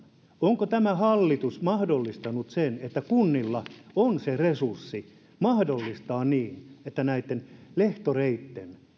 onko tämä hallitus mahdollistanut sen että kunnilla on se resurssi mahdollistaa se että näitten lehtoreitten